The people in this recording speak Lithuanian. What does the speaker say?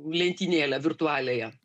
lentynėlę virtualiąją